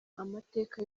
amateka